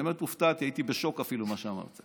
באמת הופתעתי, הייתי בשוק אפילו ממה שאמרת.